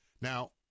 Now